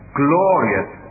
glorious